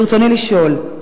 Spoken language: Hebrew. ברצוני לשאול: